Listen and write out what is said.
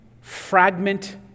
fragment